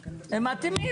זה רק --- הם מתאימים,